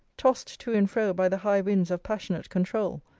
tost to and fro by the high winds of passionate controul,